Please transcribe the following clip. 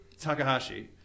Takahashi